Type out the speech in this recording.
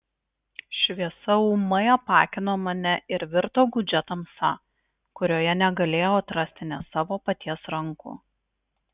šviesa ūmai apakino mane ir virto gūdžia tamsa kurioje negalėjau atrasti nė savo paties rankų